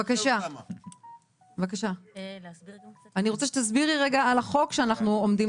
אני רוצה שתסבירי את החוק שאנחנו עומדים